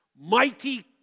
Mighty